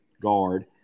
guard